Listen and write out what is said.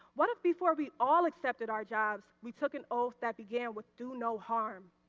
what if before we all accepted our jobs we took an oath that began with do no harm?